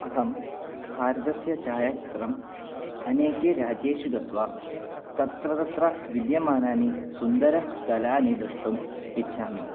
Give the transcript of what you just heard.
अहं भारतस्य चायाचित्रम् अनेके राज्येषु गत्वा तत्र तत्र विद्यमानानि सुन्दरस्थलानि द्रष्टुम् इच्छामि